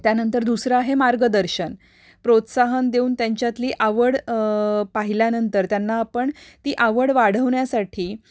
त्यानंतर दुसरं आहे मार्गदर्शन प्रोत्साहन देऊन त्यांच्यातली आवड पाहिल्यानंतर त्यांना आपण ती आवड वाढवण्यासाठी